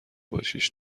باشیش